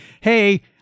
Hey